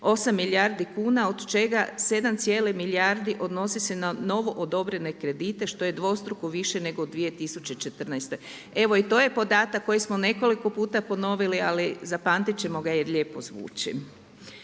7,8 milijardi kuna od čega 7 cijelih milijardi odnosi se na novoodobrene kredite što je dvostruko više nego u 2014. Evo to je podatak koji smo nekoliko puta ponovili, ali zapamtit ćemo ga jer lijepo zvuči.